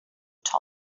top